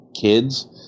kids